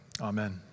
Amen